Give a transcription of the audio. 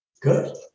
Good